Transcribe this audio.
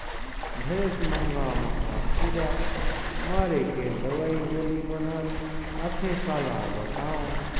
ढेरेच महंगा महंगा कीरा मारे के दवई गोली मन हर आथे काला बतावों